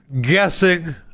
guessing